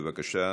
בבקשה,